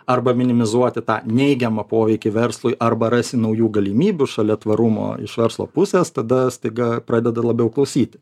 arba minimizuoti tą neigiamą poveikį verslui arba rasi naujų galimybių šalia tvarumo iš verslo pusės tada staiga pradeda labiau klausyti